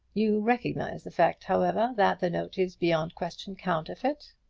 you recognize the fact, however, that the note is beyond question counterfeit?